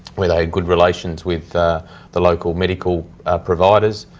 where they had good relations with the the local medical providers,